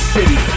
City